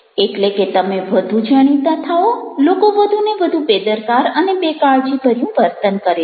એટલે કે તમે વધુ જાણીતા થાઓ લોકો વધુ ને વધુ બેદરકાર અને બેકાળજીભર્યું વર્તન કરે છે